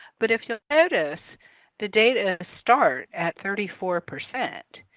but if you'll notice the data start at thirty four percent.